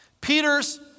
Peter's